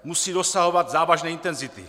Musí dosahovat závažné intenzity.